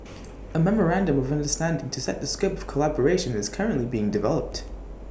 A memorandum of understanding to set the scope of collaboration is currently being developed